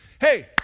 hey